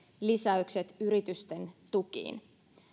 lisäykset yritysten tukiin